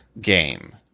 game